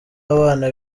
abana